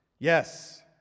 Yes